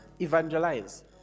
evangelize